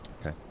Okay